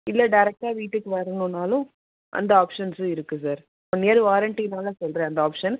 இல்லை டேரெக்டாக வீட்டுக்கு வரணும்னாலும் அந்த ஆப்ஷன்ஸ்ஸும் இருக்குது சார் ஒன் இயர் வாரண்டினால் சொல்கிறேன் அந்த ஆப்ஷன்